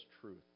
truth